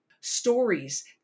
stories